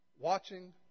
watching